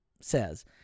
says